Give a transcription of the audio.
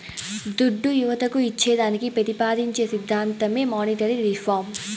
దుడ్డు యువతకు ఇచ్చేదానికి పెతిపాదించే సిద్ధాంతమే మానీటరీ రిఫార్మ్